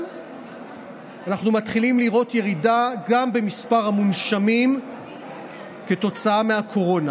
אנחנו מתחילים לראות ירידה גם במספר המונשמים כתוצאה מהקורונה.